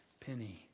penny